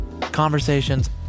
conversations